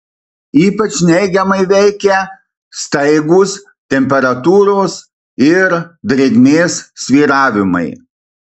ypač neigiamai veikia staigūs temperatūros ir drėgmės svyravimai